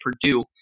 Purdue